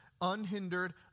unhindered